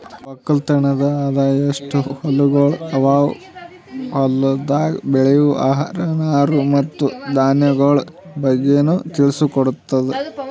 ಒಕ್ಕಲತನದ್ ಆದಾಯ, ಎಸ್ಟು ಹೊಲಗೊಳ್ ಅವಾ, ಹೊಲ್ದಾಗ್ ಬೆಳೆವು ಆಹಾರ, ನಾರು ಮತ್ತ ಧಾನ್ಯಗೊಳ್ ಬಗ್ಗೆನು ತಿಳಿಸಿ ಕೊಡ್ತುದ್